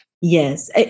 Yes